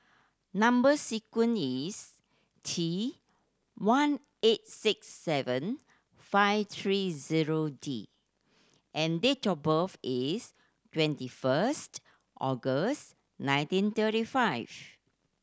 number sequence is T one eight six seven five three zero D and date of birth is twenty first August nineteen thirty five